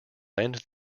lend